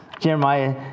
Jeremiah